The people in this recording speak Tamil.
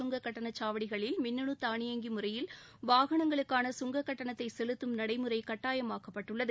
சுங்கக்கட்டணச் சாவடிகளில் மின்னனு தானியங்கி முறையில் வாகனங்களுக்கான சுங்கக் கட்டணத்தை செலுத்தம் நடைமுறை கட்டாயமாக்கப்பட்டுள்ளது